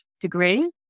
degree